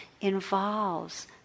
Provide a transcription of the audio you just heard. involves